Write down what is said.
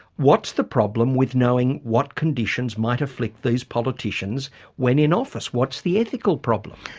what's the problem with knowing what conditions might afflict these politicians when in office? what's the ethical problem?